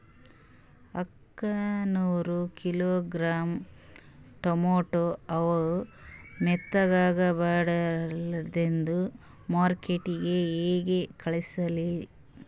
ಅಕ್ಕಾ ನೂರ kilogram tomato ಅವ, ಮೆತ್ತಗಬಡಿಲಾರ್ದೆ ಮಾರ್ಕಿಟಗೆ ಹೆಂಗ ಕಳಸಲಿ?